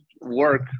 work